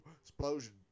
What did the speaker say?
Explosion